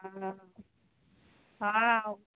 हँ हँ